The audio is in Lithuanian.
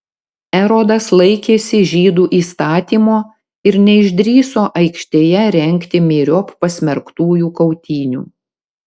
erodas laikėsi žydų įstatymo ir neišdrįso aikštėje rengti myriop pasmerktųjų kautynių